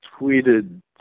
tweeted